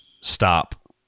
stop